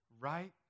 right